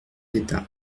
d’état